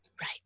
Right